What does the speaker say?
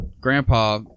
grandpa